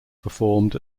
performed